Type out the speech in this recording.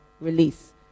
release